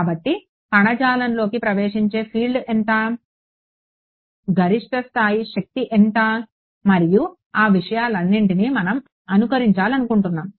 కాబట్టి కణజాలంలోకి ప్రవేశించే ఫీల్డ్ ఎంత గరిష్ట శక్తి స్థాయి ఎంత మరియు ఆ విషయాలన్నింటినీ మనం అనుకరించాలనుకుంటున్నాము